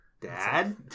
Dad